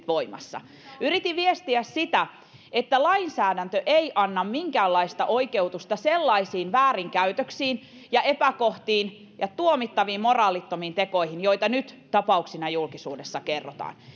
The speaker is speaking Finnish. voimassa yritin viestiä sitä että lainsäädäntö ei anna minkäänlaista oikeutusta sellaisiin väärinkäytöksiin ja epäkohtiin ja tuomittaviin moraalittomiin tekoihin joita nyt tapauksina julkisuudessa kerrotaan